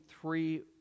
three